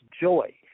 joy